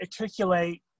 articulate